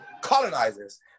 colonizers